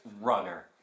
runner